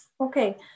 Okay